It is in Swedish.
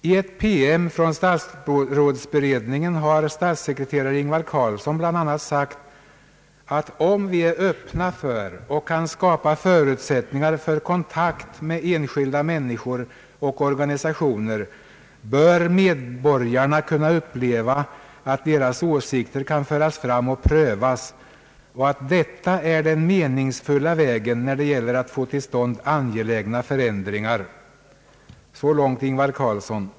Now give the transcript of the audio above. I ett PM från statsrådsberedningen har statssekreterare Ingvar Carlsson bl.a. sagt, att om vi är öppna för och kan skapa förutsättningar för kontakt med enskilda människor och organisationer bör medlemmarna kunna uppleva att deras åsikter kan föras fram och prövas, och att detta är den meningsfulla vägen när det gäller att få till stånd angelägna förändringar. — Så långt Ingvar Carlsson.